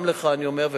גם לך אני אומר,